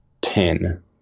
ten